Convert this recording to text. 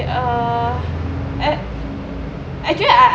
err ac~ actually I